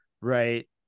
right